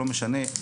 לא משנה,